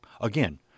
Again